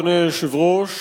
אדוני היושב-ראש,